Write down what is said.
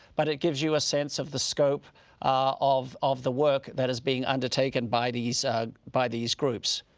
but it gives you a sense of the scope of of the work that is being undertaken by these by these groups.